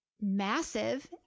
massive